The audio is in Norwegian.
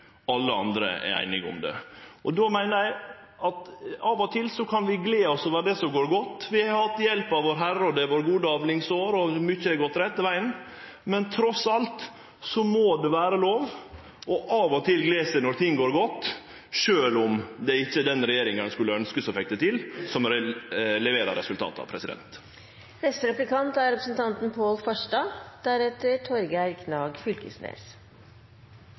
alle andre er einige om det. Då meiner eg at av og til kan vi glede oss over det som går godt. Vi har hatt hjelp av Vår Herre, det har vore gode avlingsår, og mykje har gått rette vegen, men likevel må det vere lov av og til å glede seg over at ting går godt, sjølv om det ikkje er den regjeringa ein skulle ønskje fekk det til, som leverer resultata. Økologi er